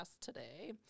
today